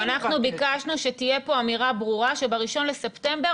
אנחנו ביקשנו שתהיה פה אמירה ברורה שב-1 בספטמבר